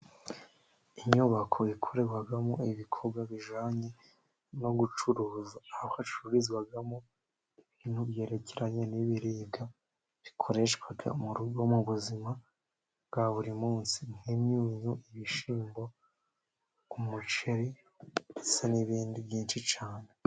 Inyubako ikorerwamo ibikorwa bijyanye no gucuruza, aho hacururizwamo ibintu byerekeranye n'ibiribwa bikoreshwa mu rugo mu buzima bwa buri munsi, nk'imyunyu, ibishyimbo, umuceri, ndetse n'ibindi byinshi cyane.